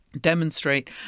demonstrate